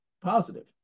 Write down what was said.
positive